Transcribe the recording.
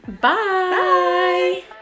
Bye